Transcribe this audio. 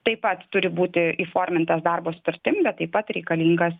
taip pat turi būti įformintas darbo sutartim bet taip pat reikalingas